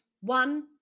one